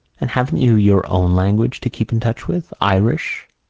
and haven't you your own language to keep in touch with irish?